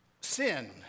sin